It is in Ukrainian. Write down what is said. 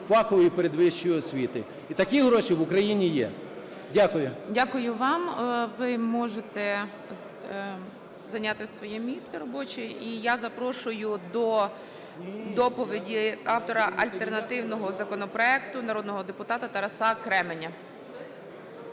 фахової передвищої освіти. І такі гроші в Україні є. Дякую. ГОЛОВУЮЧИЙ. Дякую вам. Ви можете зайняти своє місце робоче. І я запрошую до доповіді автора альтернативного законопроекту – народного депутата Тараса Кременя.